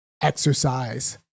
exercise